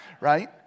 right